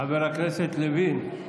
חבר הכנסת לוין.